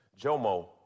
Jomo